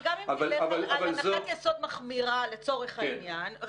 אבל גם אם נלך על הנחת יסוד מחמירה לצורך העניין,